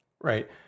right